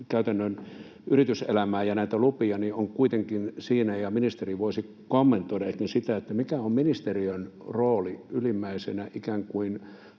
käytännön yrityselämää ja näitä lupia, niin ministeri voisi kommentoida esimerkiksi sitä, mikä on ministeriön rooli ylimmäisenä ikään kuin